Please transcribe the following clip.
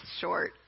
short